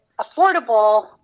affordable